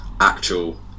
actual